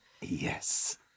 Yes